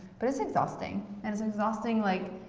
but it's exhausting. and it's exhausting like